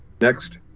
Next